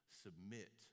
submit